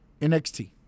NXT